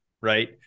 Right